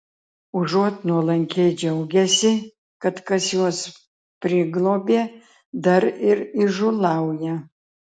užuot nuolankiai džiaugęsi kad kas juos priglobė dar ir įžūlauja